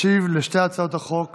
ישיב לשתי הצעות החוק